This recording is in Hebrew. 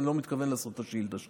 ואני לא מתכוון לעשות את השאילתה שלו.